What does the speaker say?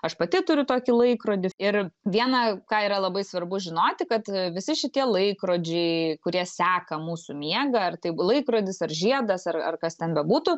aš pati turiu tokį laikrodį ir vieną ką yra labai svarbu žinoti kad visi šitie laikrodžiai kurie seka mūsų miegą ar tai laikrodis ar žiedas ar ar kas ten bebūtų